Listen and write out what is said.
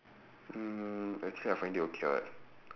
mm actually I find it okay [what]